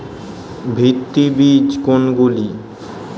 ভিত্তি বীজ কোনগুলি?